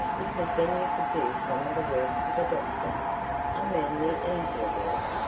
because then you could do some of the work for the doctor i mean the easier work,